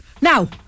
now